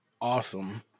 awesome